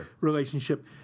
relationship